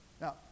Now